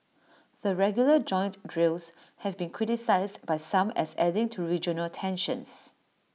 the regular joint drills have been criticised by some as adding to regional tensions